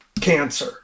cancer